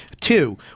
Two